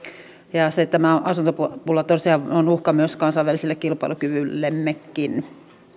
ja siitä että tämä asuntopula tosiaan on uhka myös kansainväliselle kilpailukyvyllemmekin